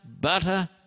butter